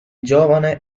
giovane